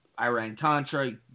Iran-Contra